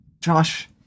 Josh